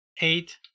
eight